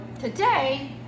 today